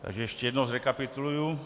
Takže ještě jednou zrekapituluji.